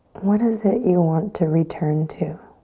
what is it you want to return to?